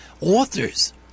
authors